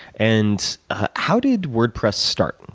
and ah how did wordpress start,